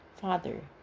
Father